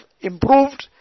improved